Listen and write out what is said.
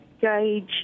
gauge